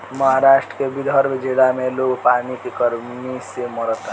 महाराष्ट्र के विदर्भ जिला में लोग पानी के कमी से मरता